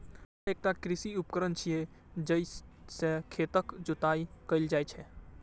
हर एकटा कृषि उपकरण छियै, जइ से खेतक जोताइ कैल जाइ छै